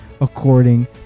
according